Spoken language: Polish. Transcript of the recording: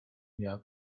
miała